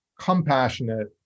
compassionate